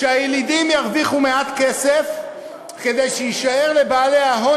שהילידים ירוויחו מעט כסף כדי שיישאר לבעלי ההון